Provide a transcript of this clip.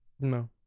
no